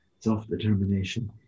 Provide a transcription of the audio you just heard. self-determination